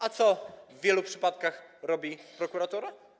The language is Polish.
A co w wielu przypadkach robi prokuratura?